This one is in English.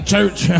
Church